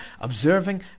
observing